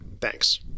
Thanks